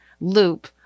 loop